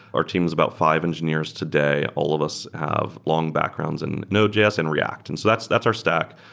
or teams about fi ve engineers today. all of us have long backgrounds in node js and react. and so that's that's our stack.